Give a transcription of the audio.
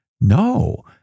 No